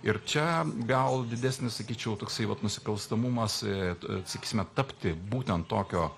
ir čia gal didesnis sakyčiau toksai vat nusikalstamumas sakysime tapti būtent tokio